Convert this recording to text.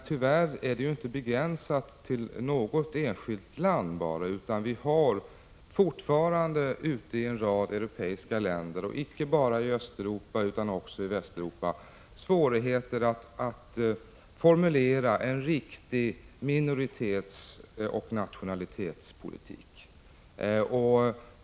Tyvärr är detta problem inte begränsat till bara något enskilt land, utan man har fortfarande ute i en rad europeiska länder — icke bara i Östeuropa utan också i Västeuropa — svårigheter att formulera en riktig minoritetsoch nationalitetspolitik.